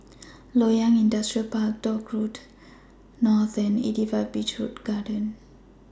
Loyang Industrial Park Dock Road North and eighty five Beach Garden Hotel